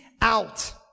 out